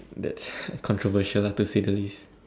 that's controversial to say the least